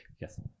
yes